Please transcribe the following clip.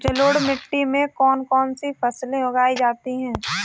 जलोढ़ मिट्टी में कौन कौन सी फसलें उगाई जाती हैं?